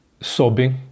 sobbing